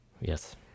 Yes